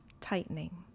tightening